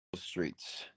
streets